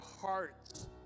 hearts